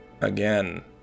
again